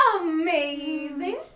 Amazing